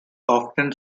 often